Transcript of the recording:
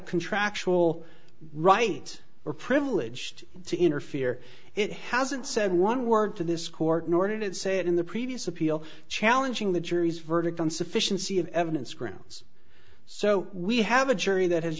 contractual right or privileged to interfere it hasn't said one word to this court nor did it say it in the previous appeal challenging the jury's verdict on sufficiency of evidence grounds so we have a jury that has